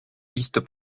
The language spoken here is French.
listes